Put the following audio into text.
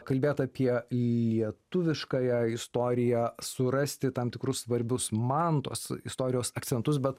kalbėt apie lietuviškąją istoriją surasti tam tikrus svarbius man tos istorijos akcentus bet